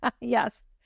Yes